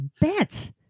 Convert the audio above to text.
bet